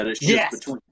Yes